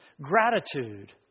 gratitude